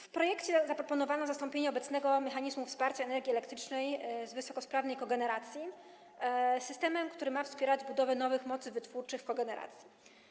W projekcie zaproponowano zastąpienie obecnego mechanizmu wsparcia energii elektrycznej z wysokosprawnej kogeneracji systemem, który ma wspierać budowę nowych mocy wytwórczych w kogeneracji.